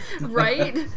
Right